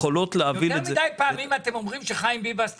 יכולות להבין את זה --- יותר מדי פעמים אתם אומרים שחיים ביבס צודק.